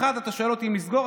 אתה שואל אותי אם לסגור.